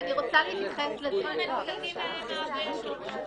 חבר'ה, נו, זה לא ריאלי.